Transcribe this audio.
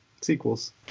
sequels